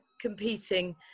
competing